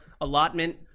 allotment